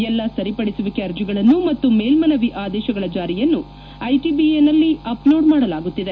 ಎಲ್ಲಾ ಸರಿಪಡಿಸುವಿಕೆ ಅರ್ಜಿಗಳನ್ನು ಮತ್ತು ಮೇಲ್ಮನವಿ ಆದೇಶಗಳ ಜಾರಿಯನ್ನು ಐಟಿಬಿಎನಲ್ಲಿ ಅಪ್ ಲೋಡ್ ಮಾಡಲಾಗುತ್ತಿದೆ